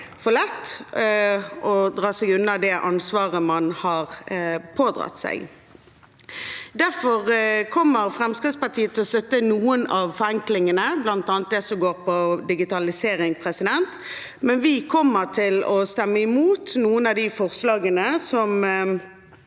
for lett å dra seg unna det ansvaret man har pådratt seg. Derfor kommer Fremskrittspartiet til å støtte noen av forenklingene, bl.a. det som går ut på digitalisering, men vi kommer til å stemme imot noen av de forslagene som